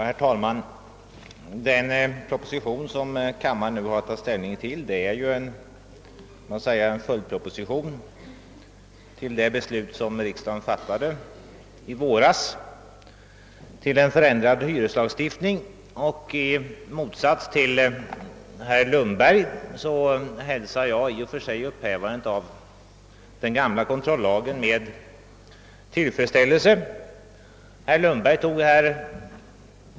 Herr talman! Den proposition som kammaren nu har att ta ställning till är en följdproposition till det beslut som riksdagen i våras fattade angående ny hyreslag. I motsats till herr Lundberg hälsar jag i och för sig upphävandet av den gamla kontrollagen med tillfredsställelse.